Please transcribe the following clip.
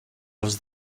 was